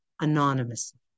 anonymously